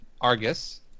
argus